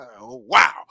wow